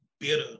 Bitter